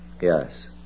Yes